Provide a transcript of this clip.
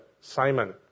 Simon